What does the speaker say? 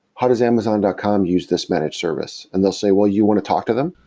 how does amazon dot com use this managed service? and they'll say, well, you want to talk to them,